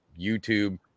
YouTube